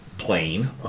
Plane